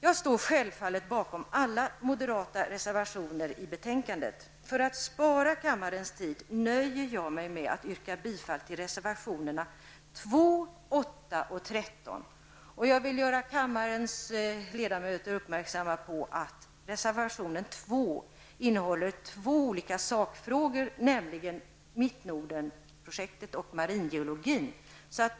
Jag står självfallet bakom alla moderata reservationer i betänkandet. För att spara kammarens tid nöjer jag mig med att yrka bifall till reservationerna 2, 8 och 13. Jag vill göra kammarens ledamöter uppmärksamma på att reservation 2 innehåller två olika sakfrågor, nämligen Mittnordernprojektet och Maringeologi.